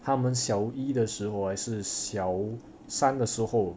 他们小一的时候还是小三的时候